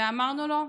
ואמרנו לו: